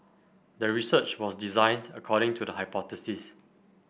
the research was designed according to the hypothesis